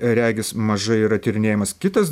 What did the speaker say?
regis mažai yra tyrinėjamas kitas